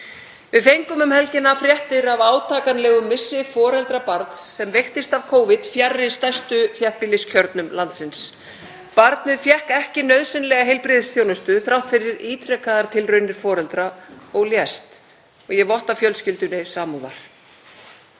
Við fengum um helgina fréttir af átakanlegum missi foreldra barns sem veiktist af Covid fjarri stærstu þéttbýliskjörnum landsins. Barnið fékk ekki nauðsynlega heilbrigðisþjónustu þrátt fyrir ítrekaðar tilraunir foreldra og lést. Ég votta fjölskyldunni samúð.